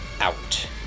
out